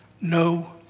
no